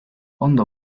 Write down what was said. ondo